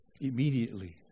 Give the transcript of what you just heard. Immediately